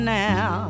now